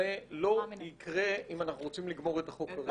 זה לא יקרה אם אנחנו רוצים לגמור את החוק כרגע.